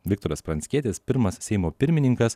viktoras pranckietis pirmas seimo pirmininkas